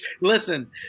listen